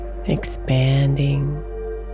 Expanding